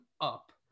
up